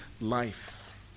life